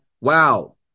wow